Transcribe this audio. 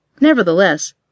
Nevertheless